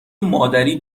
مادری